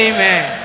Amen